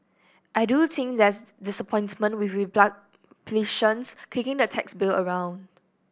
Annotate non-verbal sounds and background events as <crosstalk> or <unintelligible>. I do think that's disappointment with <unintelligible> kicking the tax bill around